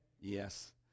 yes